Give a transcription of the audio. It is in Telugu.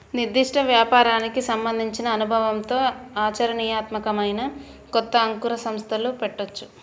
నిర్దిష్ట వ్యాపారానికి సంబంధించిన అనుభవంతో ఆచరణీయాత్మకమైన కొత్త అంకుర సంస్థలు పెట్టొచ్చు